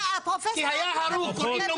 --- שילם